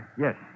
Yes